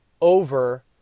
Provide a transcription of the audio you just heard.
over